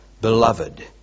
beloved